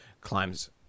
climbs